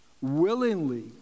willingly